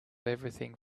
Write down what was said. everything